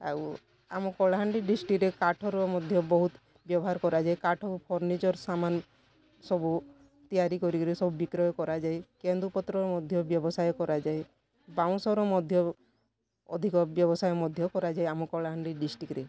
ଆଉ ଆମ କଳାହାଣ୍ଡି ଡିଷ୍ଟିରେ କାଠର ମଧ୍ୟ ବହୁତ୍ ବ୍ୟବହାର କରାଯାଏ କାଠ ଫର୍ଣ୍ଣିଚର୍ ସାମାନ୍ ସବୁ ତିଆରି କରିକିରି ସବୁ ବିକ୍ରୟ କରାଯାଏ କେନ୍ଦୁପତ୍ର ମଧ୍ୟ ବ୍ୟବସାୟ କରାଯାଏ ବାଉଁଶର ମଧ୍ୟ ଅଧିକ ବ୍ୟବସାୟ ମଧ୍ୟ କରାଯାଏ ଆମ କଳାହାଣ୍ଡି ଡିଷ୍ଟିକ୍ରେ